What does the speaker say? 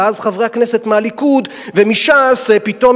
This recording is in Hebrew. ואז חברי הכנסת מהליכוד ומש"ס פתאום